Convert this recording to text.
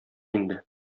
инде